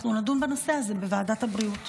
אנחנו נדון בנושא הזה בוועדת הבריאות.